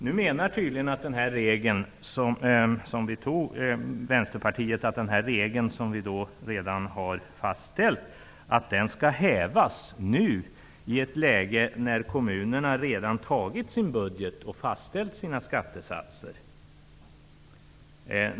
Vänsterpartiet menar tydligen att den regel som vi redan har fastställt skall hävas nu, i ett läge när kommunerna redan fattat beslut om sin budget och fastställt sina skattesatser.